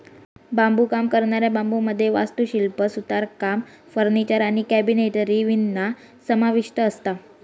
बांबुकाम करणाऱ्या बांबुमध्ये वास्तुशिल्प, सुतारकाम, फर्निचर आणि कॅबिनेटरी विणणा समाविष्ठ असता